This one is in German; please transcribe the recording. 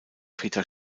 peter